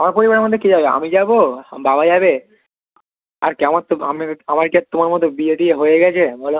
আমার পরিবারের মধ্যে কে যাবে আমি যাবো বাবা যাবে আর কে আমার তো আমি আমার কি আর তোমার মতো বিয়ে টিয়ে হয়ে গেছে বলো